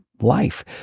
life